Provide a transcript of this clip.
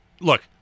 look